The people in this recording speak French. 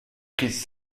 crises